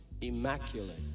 immaculate